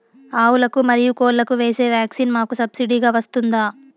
ఆవులకు, మరియు కోళ్లకు వేసే వ్యాక్సిన్ మాకు సబ్సిడి గా వస్తుందా?